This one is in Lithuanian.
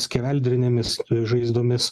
skeveldrinėmis žaizdomis